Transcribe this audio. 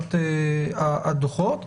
בהגשת הדוחות.